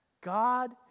God